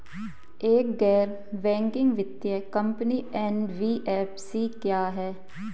एक गैर बैंकिंग वित्तीय कंपनी एन.बी.एफ.सी क्या है?